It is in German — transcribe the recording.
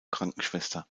krankenschwester